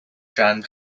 jan